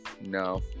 No